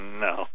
No